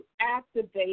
activate